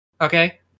okay